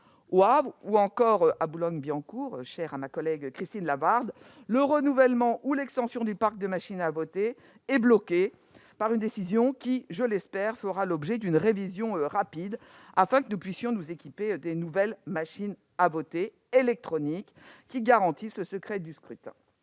ou encore à Boulogne-Billancourt, le renouvellement ou l'extension du parc de machines à voter est bloqué par une décision qui, je l'espère, fera l'objet d'une révision rapide, afin que nous puissions nous équiper des nouvelles machines à voter électroniques, qui garantissent le secret du scrutin.